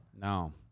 No